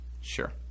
Sure